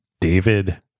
David